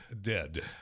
Dead